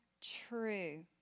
true